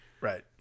right